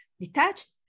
detached